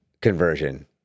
conversion